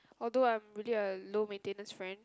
although I'm really a low maintenance friend